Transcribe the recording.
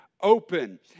open